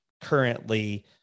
currently